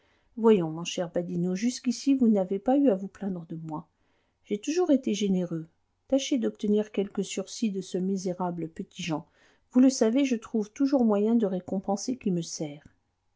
voyons mon cher badinot jusqu'ici vous n'avez pas eu à vous plaindre de moi j'ai toujours été généreux tâchez d'obtenir quelque sursis de ce misérable petit-jean vous le savez je trouve toujours moyen de récompenser qui me sert